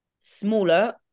smaller